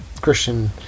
Christian